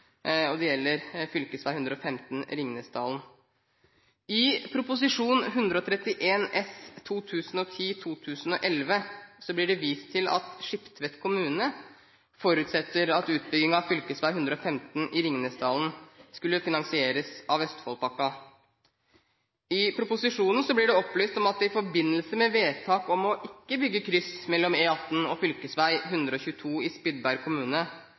opposisjonen. Det gjelder fv. 115 i Ringnesdalen. I Prop. 131 S for 2010–2011 blir det vist til at Skiptvet kommune forutsetter at utbyggingen av fv. 115 i Ringnesdalen skulle finansieres av Østfoldpakka. I proposisjonen blir det opplyst at det i forbindelse med vedtak om ikke å bygge kryss mellom E18 og fv. 122 i Spydeberg kommune,